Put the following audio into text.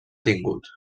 tingut